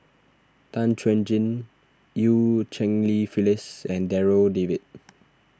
Tan Chuan Jin Eu Cheng Li Phyllis and Darryl David